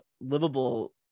livable